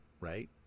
Right